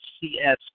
CS